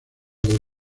del